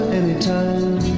anytime